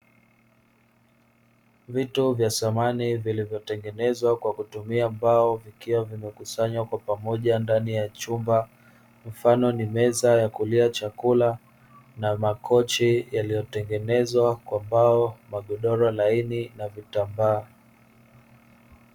Vitu vya samani vilivotengenezwa kwa kutumia mbao, vikiwa vimekusanywa kwa pamoja ndani ya chumba mfano ni meza ya kulia chakula na makochi yaliyotengenezwa kwa mbao, kwa godoro laini na vitambaa.